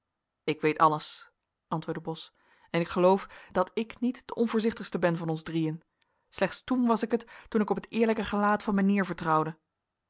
ik weet alles antwoordde bos en ik geloof dat ik niet de onvoorzichtigste ben van ons drieën slechts toen was ik het toen ik op het eerlijke gelaat van mijnheer vertrouwde